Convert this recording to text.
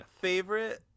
favorite